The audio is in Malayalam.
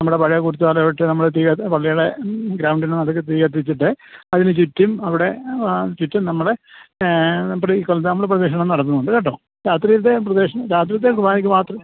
നമ്മുടെ പഴയ കുരുത്തോല വെട്ടി നമ്മൾ തീ കത്തി പള്ളിയുടെ ഗ്രൗണ്ടിൽ നിന്ന് നടുക്ക് തീ കത്തിച്ചിട്ട് അതിന് ചുറ്റും അവിടെ ആ ചുറ്റും നമ്മുടെ നമ്മളീ കൊല്ലം നമ്മൾ പ്രദക്ഷിണം നടത്തുന്നുണ്ട് കേട്ടോ രാത്രിയിലത്തെ പ്രദക്ഷിണം രാത്രിയിലത്തെ കുറുബാനയ്ക്ക് മാത്രം